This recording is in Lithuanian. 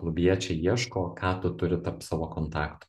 klubiečiai ieško ką tu turi tarp savo kontaktų